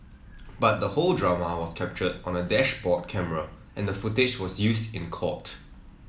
but the whole drama was captured on a dashboard camera and the footage was used in court